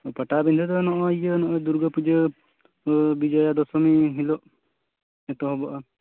ᱯᱟᱴᱟ ᱵᱤᱸᱫᱷᱟᱹ ᱱᱚᱜᱼᱚᱭ ᱤᱭᱟᱹ ᱫᱩᱨᱜᱟᱹ ᱯᱩᱡᱟᱹ ᱵᱤᱡᱳᱭᱟ ᱫᱚᱥᱚᱢᱤ ᱦᱤᱞᱳᱜ ᱮᱛᱚᱦᱚᱵᱚᱜᱼᱟ